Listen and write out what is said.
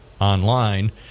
online